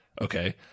okay